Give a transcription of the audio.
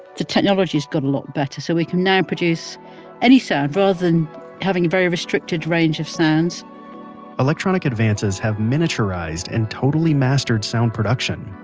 the technology's got a lot better, so we can now produce any sound, rather than having a very restricted range of sounds electronic advances have miniaturized and totally mastered sound production.